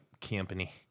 Company